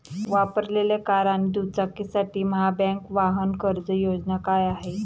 वापरलेल्या कार आणि दुचाकीसाठी महाबँक वाहन कर्ज योजना काय आहे?